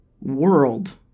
world